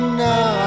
now